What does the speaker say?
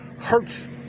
hurts